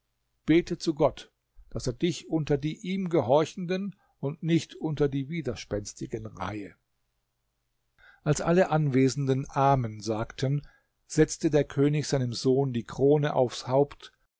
bete zu gott daß er dich unter die ihm gehorchenden und nicht unter die widerspenstigen reihe als alle anwesenden amen sagten setzte der könig seinem sohn die krone aufs haupt